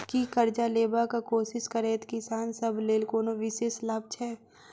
की करजा लेबाक कोशिश करैत किसान सब लेल कोनो विशेष लाभ छै?